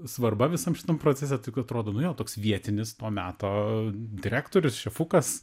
svarba visam šitam procese tik atrodo nu jo toks vietinis to meto direktorius šefukas